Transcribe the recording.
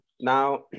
now